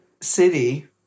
city